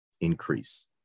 increase